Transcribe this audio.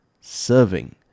serving